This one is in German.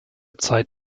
zeit